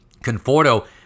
Conforto